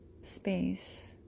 space